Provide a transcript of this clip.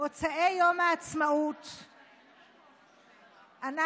במוצאי יום העצמאות אנחנו,